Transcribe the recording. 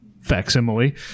facsimile